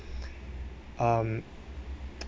um